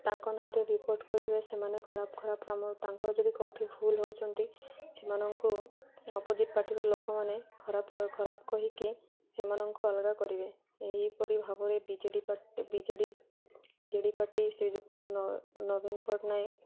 ତାଙ୍କ ନାଁରେ ରିପୋର୍ଟ୍ କରିବେ ସେମାନେ ଖରାପ ଖରାପ ଆମ ତାଙ୍କର ଯଦି କେଉଁଠି ଭୁଲ୍ ହେଉଛନ୍ତି ସେମାନଙ୍କୁ ଅପୋଜିଟ୍ ପାର୍ଟିର ଲୋକମାନେ ଖରାପ ଖରାପ କହିକି ସେମାନଙ୍କୁ ଅଲଗା କରିବେ ଏହିପରି ଭାବରେ B J D B J D party ଶ୍ରୀଯୁକ୍ତ ନବୀନ ପଟ୍ଟନାୟକ